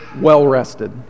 well-rested